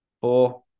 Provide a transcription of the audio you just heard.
four